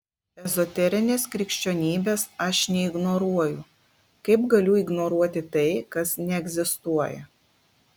ezoterinės krikščionybės aš neignoruoju kaip galiu ignoruoti tai kas neegzistuoja